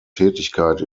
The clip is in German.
tätigkeit